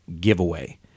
giveaway